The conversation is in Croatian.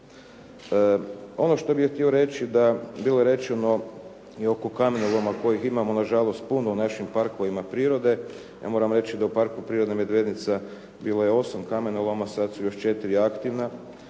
Ono što bih ja htio reći da, bilo je rečeno i oko kamenoloma kojih imamo nažalost puno u našim parkovima prirode. Ja moram reći da u Parku prirode Medvednica bilo je osam kamenoloma, sad su još 4 aktivna